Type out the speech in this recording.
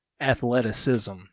athleticism